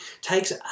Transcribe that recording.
takes